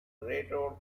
railroad